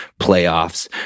playoffs